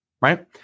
right